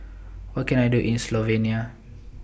What Can I Do in Slovenia